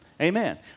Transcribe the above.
Amen